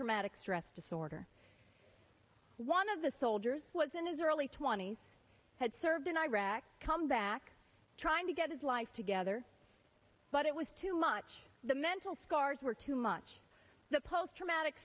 traumatic stress disorder one of the soldiers was in his early twenty's had served in iraq come back trying to get his life together but it was too much the mental scars were too much the post traumatic